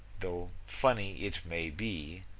though funny it may be,